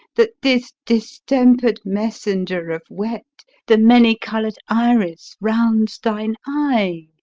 that this distempered messenger of wet, the many-colour'd iris, rounds thine eye?